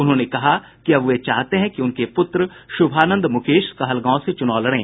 उन्होंने कहा कि अब वे चाहते हैं कि उनके पुत्र शुभानंद मुकेश कहलगांव से चुनाव लड़ें